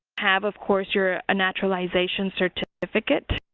have of course your naturalization certificate.